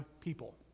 people